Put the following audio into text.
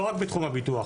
לא רק בתחום הביטוח,